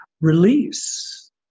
release